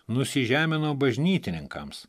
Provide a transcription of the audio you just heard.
nusižemino bažnytininkams